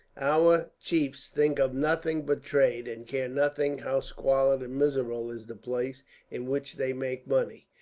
our chiefs think of nothing but trade, and care nothing how squalid and miserable is the place in which they make money.